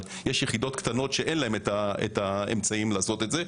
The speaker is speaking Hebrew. אבל יש יחידות קטנות שאין להן את האמצעים לעשות את זה.